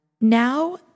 Now